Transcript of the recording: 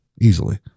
Easily